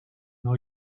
nou